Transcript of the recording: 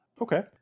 Okay